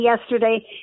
yesterday